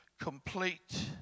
complete